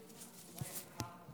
ראשית, ברכות לאדוני.